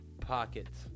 pockets